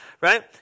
right